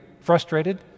frustrated